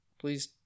Please